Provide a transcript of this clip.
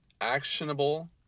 actionable